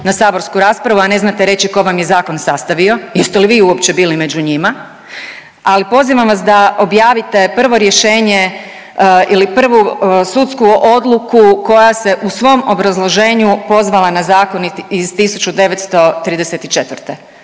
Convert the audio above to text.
na saborsku raspravu, a ne znate reći ko vam je zakon sastavio, jeste li vi uopće bili među njima? Ali pozivam vas da objavite prvo rješenje ili prvu sudsku odluku koja se u svom obrazloženju pozvala na zakon iz 1934..